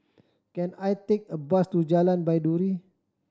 can I take a bus to Jalan Baiduri